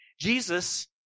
Jesus